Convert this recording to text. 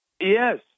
Yes